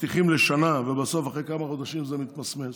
מבטיחים לשנה ובסוף אחרי כמה חודשים זה מתמסמס.